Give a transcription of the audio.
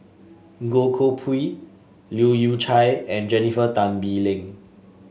Goh Koh Pui Leu Yew Chye and Jennifer Tan Bee Leng